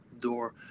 door